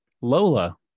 Lola